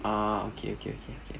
ah okay okay okay